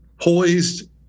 poised